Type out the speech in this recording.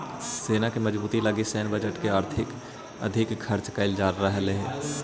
सेना के मजबूती लगी सैन्य बजट में अधिक खर्च कैल जा रहल हई